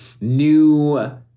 new